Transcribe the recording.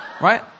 Right